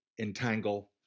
entangle